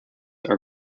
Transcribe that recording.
are